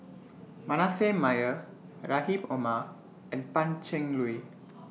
Manasseh Meyer Rahim Omar and Pan Cheng Lui